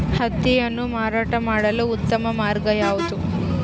ಹತ್ತಿಯನ್ನು ಮಾರಾಟ ಮಾಡಲು ಉತ್ತಮ ಮಾರ್ಗ ಯಾವುದು?